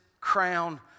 crown